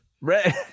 red